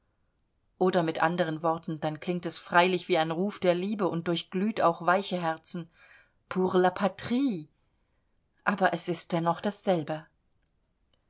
oder mit anderen worten dann klingt es freilich wie ein ruf der liebe und durchglüht auch weiche herzen pour la patrie aber es ist dennoch dasselbe